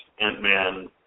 Ant-Man